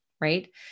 Right